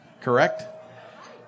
Correct